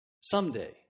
someday